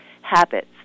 habits